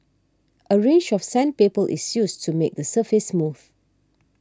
a range of sandpaper is used to make the surface smooth